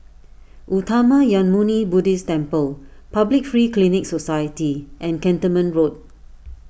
Uttamayanmuni Buddhist Temple Public Free Clinic Society and Cantonment Road